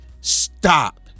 stop